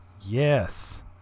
Yes